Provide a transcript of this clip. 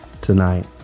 tonight